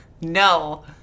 No